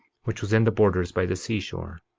which was in the borders by the seashore.